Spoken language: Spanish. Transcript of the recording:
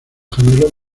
gemelos